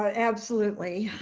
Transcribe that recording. ah absolutely.